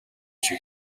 шиг